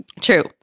True